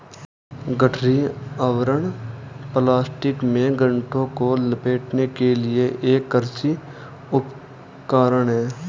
गठरी आवरण प्लास्टिक में गांठों को लपेटने के लिए एक कृषि उपकरण है